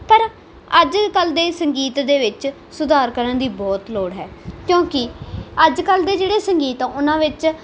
ਪਰ ਅੱਜ ਕੱਲ੍ਹ ਦੇ ਸੰਗੀਤ ਦੇ ਵਿੱਚ ਸੁਧਾਰ ਕਰਨ ਦੀ ਬਹੁਤ ਲੋੜ ਹੈ ਕਿਉਂਕਿ ਅੱਜ ਕੱਲ੍ਹ ਦੇ ਜਿਹੜੇ ਸੰਗੀਤ ਆ ਉਹਨਾਂ ਵਿੱਚ